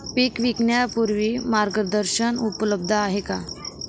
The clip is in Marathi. पीक विकण्यापूर्वी मार्गदर्शन उपलब्ध आहे का?